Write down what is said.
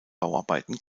bauarbeiten